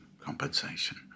compensation